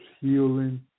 healing